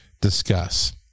discuss